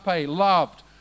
loved